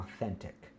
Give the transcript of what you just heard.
authentic